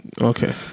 Okay